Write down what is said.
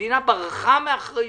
המדינה ברחה מאחריות.